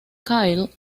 kyle